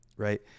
right